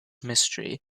mystery